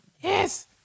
Yes